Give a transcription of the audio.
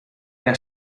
era